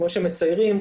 כמו שמציירים,